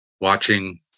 watching